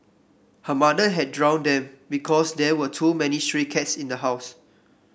her mother had drowned them because there were too many stray cats in the house